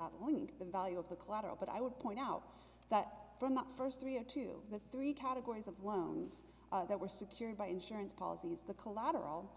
outlining the value of the collateral but i would point out that from the first three are to the three categories of loans that were secured by insurance policies the collateral